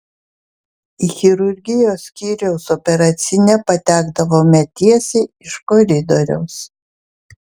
į chirurgijos skyriaus operacinę patekdavome tiesiai iš koridoriaus